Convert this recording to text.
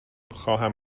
خواهم